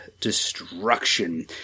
destruction